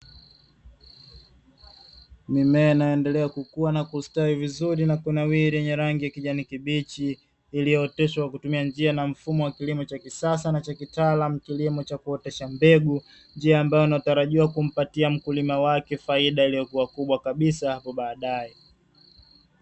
Mimea inayoendelea kukua na kustawi vizuri na kunawiri yenye rangi ya kijani kibichi, iliyooteshwa kwa kutumia mfumo wa kilimo cha kisasa na chakitaalam kilimo cha kuotesha mbegu, njia ambayo inatarajiwa kumpatia wake faida iliyokua kubwa kabisa hapo baadae.